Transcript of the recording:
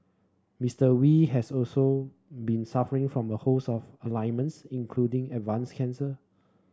Mister Wee has also been suffering from a host of including advanced cancer